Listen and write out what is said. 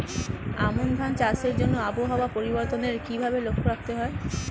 আমন ধান চাষের জন্য আবহাওয়া পরিবর্তনের কিভাবে লক্ষ্য রাখতে হয়?